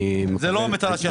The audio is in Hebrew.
לא נכון.